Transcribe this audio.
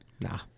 Nah